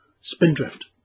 Spindrift